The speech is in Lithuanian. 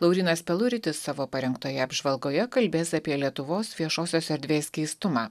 laurynas peluritis savo parengtoje apžvalgoje kalbės apie lietuvos viešosios erdvės keistumą